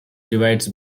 divides